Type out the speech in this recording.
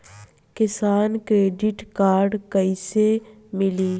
किसान credit card कइसे मिली?